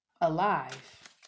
alive